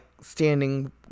standing